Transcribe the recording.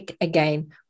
again